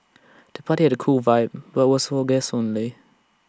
the party had A cool vibe but was for guests only